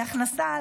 להכנסה,